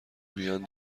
بیان